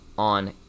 On